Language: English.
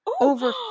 over